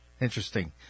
Interesting